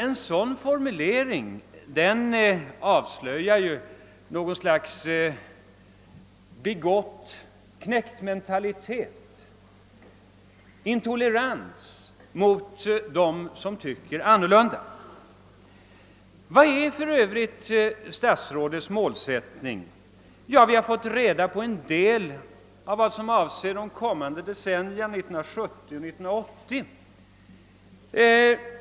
En sådan formulering avslöjar en bigott knektmentalitet och intolerans mot dem som tycker annorlunda. Vilken är för Övrigt statsrådets målsättning? Vi har fått reda på en del som avser de kommande decennierna, alltså 1970 och 1980-talen.